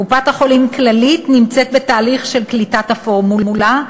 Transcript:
קופת-החולים כללית נמצאת בתהליך של קליטת הפורמולה,